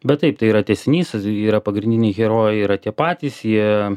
bet taip tai yra tęsinys yra pagrindiniai herojai yra tie patys jie